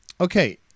Okay